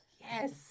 yes